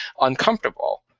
uncomfortable